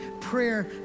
prayer